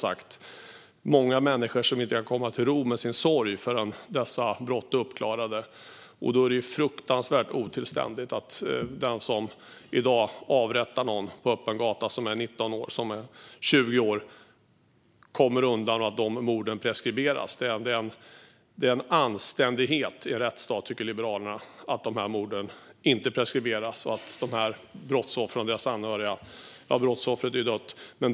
Det är många människor som inte kan komma till ro med sin sorg förrän dessa brott är uppklarade. Då är det fruktansvärt otillständigt att den som i dag är 19-20 år och avrättar någon på öppen gata kommer undan och att dessa mord preskriberas. Liberalerna anser att det är en anständighet i en rättsstat att dessa mord inte preskriberas och att dessa brottsoffers anhöriga kan få komma till ro.